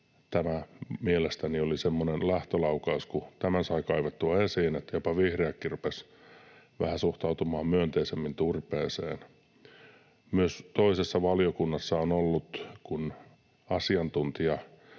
Tämä mielestäni oli semmoinen lähtölaukaus, kun tämän sai kaivettua esiin, että jopa vihreätkin rupesivat suhtautumaan vähän myönteisemmin turpeeseen. Myös toisessa valiokunnassa on ollut asiantuntija,